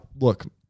look